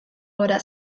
gora